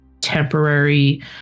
temporary